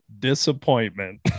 disappointment